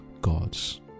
gods